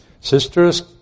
Sisters